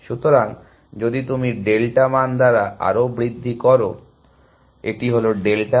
সুতরাং যদি তুমি ডেল্টা মান দ্বারা আরও বৃদ্ধি করো এটি হলো ডেল্টা